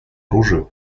оружию